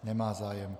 Nemá zájem.